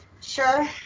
sure